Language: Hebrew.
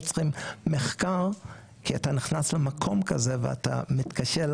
צריך מחקר כי אתה נכנס למקום כזה ואתה מתקשה,